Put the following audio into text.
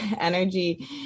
Energy